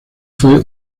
fue